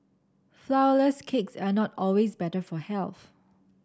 flour less cakes are not always better for health